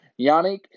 Yannick